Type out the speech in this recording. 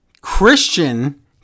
Christian